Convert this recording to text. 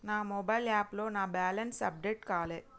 నా మొబైల్ యాప్లో నా బ్యాలెన్స్ అప్డేట్ కాలే